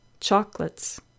Chocolates